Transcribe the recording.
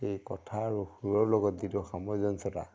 সেই কথা আৰু সুৰৰ লগত যিটো সমঞ্জসতা